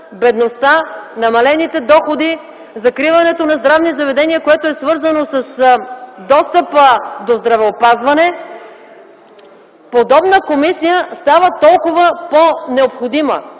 бедността, намалените доходи, закриването на здравни заведения, което е свързано с достъп до здравеопазване, подобна комисия става толкова по-необходима,